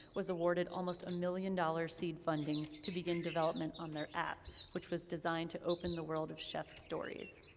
was awarded almost a million dollar seed funding to begin development on their app, which was designed to open the world of chef stories.